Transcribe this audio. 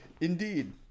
Indeed